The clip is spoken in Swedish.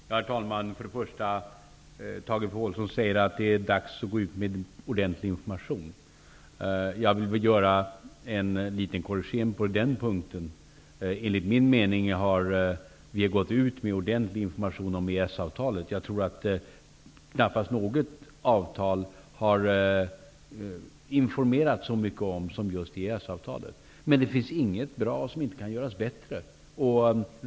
Herr talman! Tage Påhlsson säger att det är dags att gå ut med ordentlig information. Jag vill nog göra en liten korrigering på den punkten. Enligt min mening har vi gått ut med ordentlig information om EES-avtalet. Knappast något avtal har det väl informerats så mycket om som just EES-avtalet. Men det finns inget bra som inte kan göras bättre.